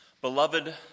Beloved